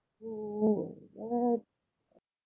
so what